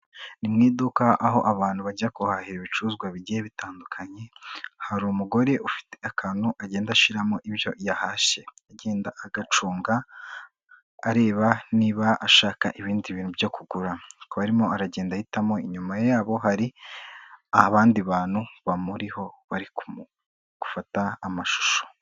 Ni mu iduka aho abantu bajya kuhahira ibicuruzwa bigiye bitandukanye. Hari umugore ufite akantu agenda ashiramo ibyo yahashe agenda agacunga, areba niba ashaka ibindi bintu byo kugura. Akaba arimo aragenda ahitamo. Inyuma yabo hari abandi bantu bamuriho bari kumu, gufata amashusho.